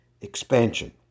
expansion